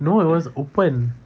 no it was open